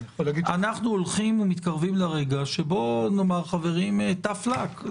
אנחנו הולכים ומתקרבים לרגע שבו נאמר tough luck,